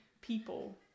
people